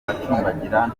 acumbagira